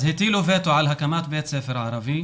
אז הטילו וטו על הקמת בית ספר ערבי,